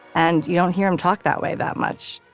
and you don't hear him talk that way that much.